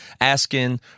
asking